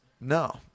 No